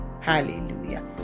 Hallelujah